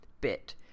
bit